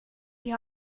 die